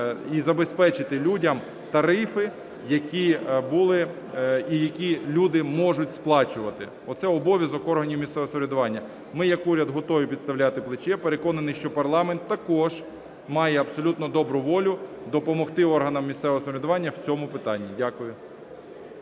і забезпечити людям тарифи, які були і які люди можуть сплачувати – оце обов'язок органів місцевого самоврядування. Ми як уряд готові підставляти плече, переконаний, що парламент також має абсолютно добру волю допомогти органам місцевого самоврядування в цьому питанні. Дякую.